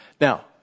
Now